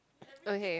okay